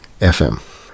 FM